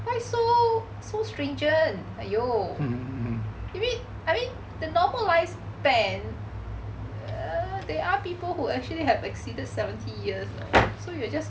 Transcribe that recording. why so stringent !aiyo! maybe I mean the normal life span err there are people who actually have exceeded seventy years so you will just